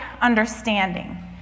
understanding